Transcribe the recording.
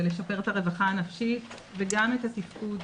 לשפר את הרווחה הנפשית וגם את התפקוד,